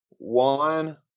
One